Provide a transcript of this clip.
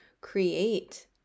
create